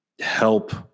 help